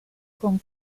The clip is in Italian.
con